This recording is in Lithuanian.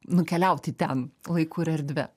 nukeliauti ten laiku ir erdve